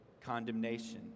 condemnation